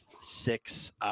six